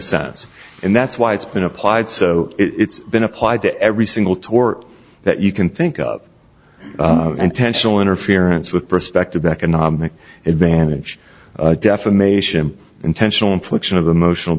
sense and that's why it's been applied so it's been applied to every single tort that you can think of intentional interference with prospective economic advantage defamation intentional infliction of emotional